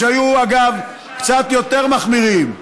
שהיו אגב קצת יותר מחמירים.